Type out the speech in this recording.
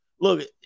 look